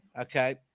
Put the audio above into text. Okay